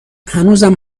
هنوزم